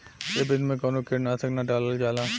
ए विधि में कवनो कीट नाशक ना डालल जाला